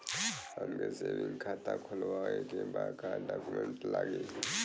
हमके सेविंग खाता खोलवावे के बा का डॉक्यूमेंट लागी?